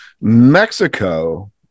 mexico